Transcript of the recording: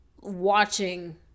watching